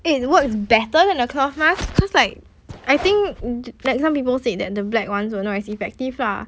it works better than a cloth mask because like I think like some people said that the black ones were not as effective lah